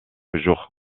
jours